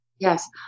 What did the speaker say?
Yes